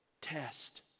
test